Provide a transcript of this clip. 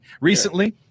recently